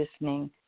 listening